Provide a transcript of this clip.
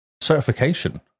Certification